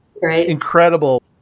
Incredible